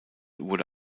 wurde